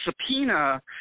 subpoena